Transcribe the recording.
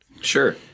Sure